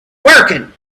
working